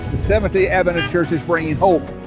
the seventh-day adventist church is bringing hope.